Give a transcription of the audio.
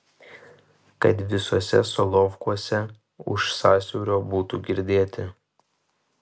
kad visuose solovkuose už sąsiaurio būtų girdėti